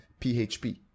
php